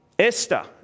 Esther